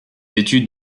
études